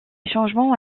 changements